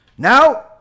now